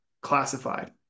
classified